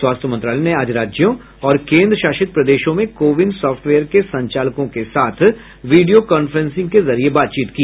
स्वास्थ्य मंत्रालय ने आज राज्यों और केंद्रशासित प्रदेशों में कोविन सॉफ्टवेयर के संचालकों के साथ वीडियो कांफ्रेंसिंग के जरिए बातचीत की